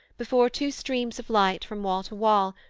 before two streams of light from wall to wall,